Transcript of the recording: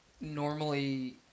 normally